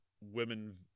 women